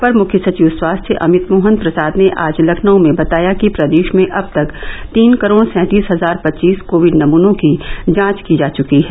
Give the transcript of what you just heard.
अपर मुख्य सचिव स्वास्थ्य अभित मोहन प्रसाद ने आज लखनऊ में बताया कि प्रदेश में अब तक तीन करोड़ सैंतीस हजार पच्चीस कोविड नमुनों की जांच की जा चुकी है